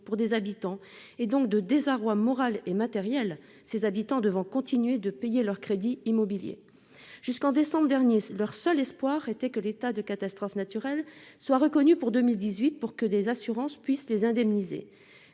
d'expulsion, donc de désarroi moral et matériel, les intéressés devant continuer à rembourser leur crédit immobilier. Jusqu'en décembre dernier, leur seul espoir était que l'état de catastrophe naturelle soit reconnu pour 2018, afin que les assurances puissent les indemniser.